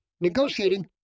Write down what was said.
Negotiating